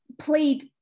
played